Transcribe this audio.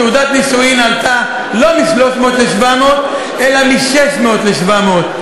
תעודת נישואים עלתה לא מ-300 ל-700 אלא מ-600 ל-700,